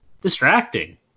distracting